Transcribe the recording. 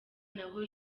naho